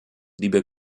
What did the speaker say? liebe